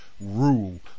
rule